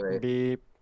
Beep